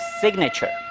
signature